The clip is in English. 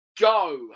Go